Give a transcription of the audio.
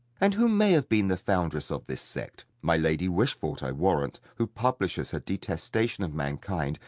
and who may have been the foundress of this sect? my lady wishfort, i warrant, who publishes her detestation of mankind,